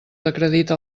acredita